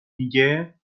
میگه